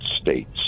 States